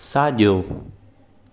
साॼो